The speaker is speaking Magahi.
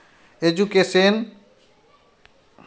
एजुकेशन लोनेर ब्याज दर कि छे?